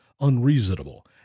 unreasonable